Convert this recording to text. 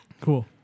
Cool